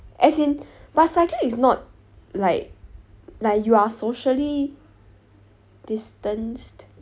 as in but cycling is not like like you are socially distanced